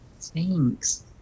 Thanks